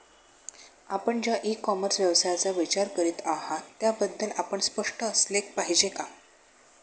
आपण ज्या e commerce व्यवसायाचा विचार करीत आहात त्याबद्दल आपण स्पष्ट असले पाहिजे का?